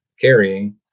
carrying